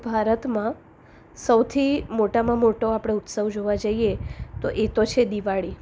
ભારતમાં સૌથી મોટામાં મોટો આપણો ઉત્સવ જોવા જઈએ તો એ તો છે દિવાળી